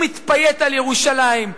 הוא מתפייט על ירושלים,